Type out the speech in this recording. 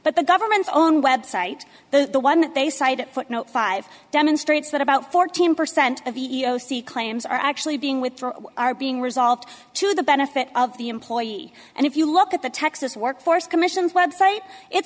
but the government's own website the one they cited for five demonstrates that about fourteen percent of the e e o c claims are actually being withdrawn are being resolved to the benefit of the employee and if you look at the texas workforce commission's website it